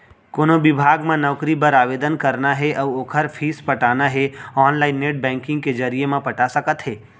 कोनो बिभाग म नउकरी बर आवेदन करना हे अउ ओखर फीस पटाना हे ऑनलाईन नेट बैंकिंग के जरिए म पटा सकत हे